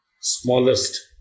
smallest